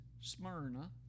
Smyrna